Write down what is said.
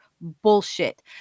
bullshit